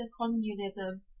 communism